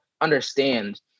understand